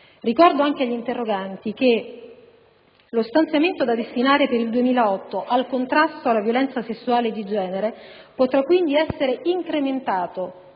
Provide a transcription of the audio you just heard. Ricordo altresì agli interroganti che lo stanziamento da destinare per il 2008 al contrasto alla violenza sessuale di genere potrà quindi essere incrementato